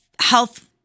health